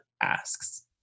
asks